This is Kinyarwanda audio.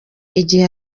igihe